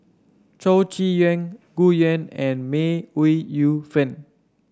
Chow Chee Yong Gu Juan and May Ooi Yu Fen